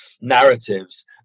narratives